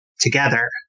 together